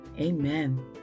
Amen